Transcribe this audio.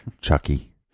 Chucky